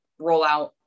rollout